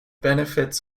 benefits